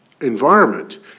environment